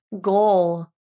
goal